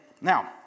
now